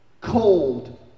Cold